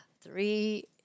three